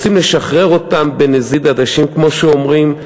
רוצים לשחרר אותם בנזיד עדשים, כמו שאומרים.